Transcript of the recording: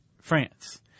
France